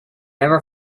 never